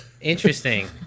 Interesting